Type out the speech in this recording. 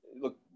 Look